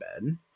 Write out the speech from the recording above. bed